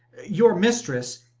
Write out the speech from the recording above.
your mistriss,